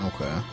Okay